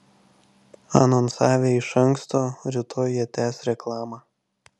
anonsavę iš anksto rytoj jie tęs reklamą